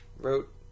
wrote